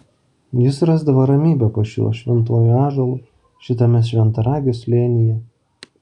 jis rasdavo ramybę po šiuo šventuoju ąžuolu šitame šventaragio slėnyje